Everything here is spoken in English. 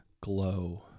glow